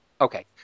Okay